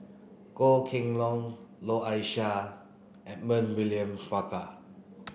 Goh Kheng Long Noor Aishah Edmund William Barker